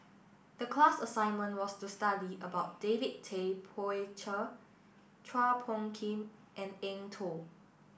the class assignment was to study about David Tay Poey Cher Chua Phung Kim and Eng Tow